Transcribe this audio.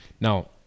Now